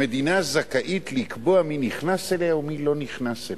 המדינה זכאית לקבוע מי נכנס אליה ומי לא נכנס אליה.